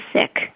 sick